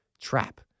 trap